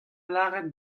lâret